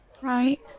Right